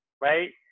right